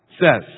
says